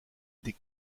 des